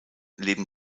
leben